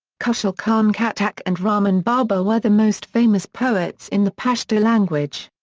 khushal khan khattak and rahman baba were the most famous poets in the pashto language.